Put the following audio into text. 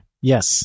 Yes